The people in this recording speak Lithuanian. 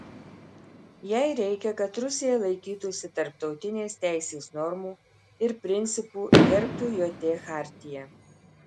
jai reikia kad rusija laikytųsi tarptautinės teisės normų ir principų gerbtų jt chartiją